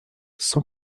cent